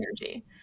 energy